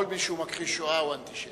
כל מי שהוא מכחיש שואה הוא אנטישמי.